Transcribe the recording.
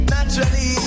Naturally